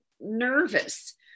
nervous